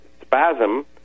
spasm